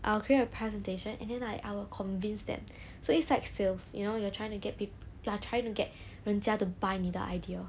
I will create a presentation and then like I will convince them so it's like sales you know you are trying to get people are trying to get 人家 to buy 你的 idea